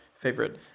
favorite